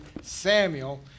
Samuel